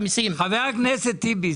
חבר הכנסת טיבי,